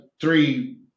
three